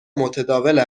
متداول